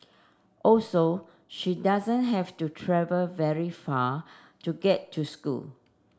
also she doesn't have to travel very far to get to school